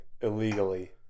illegally